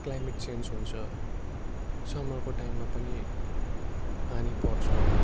climate change हुन्छ सम्मरको टाइममा पनि पानी पर्छ